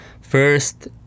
first